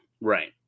Right